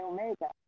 Omega